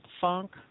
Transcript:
funk